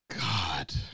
God